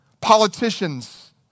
Politicians